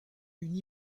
une